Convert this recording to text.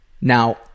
Now